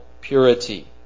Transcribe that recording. purity